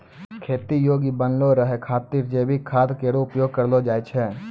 खेती योग्य बनलो रहै खातिर जैविक खाद केरो उपयोग करलो जाय छै